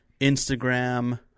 instagram